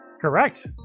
Correct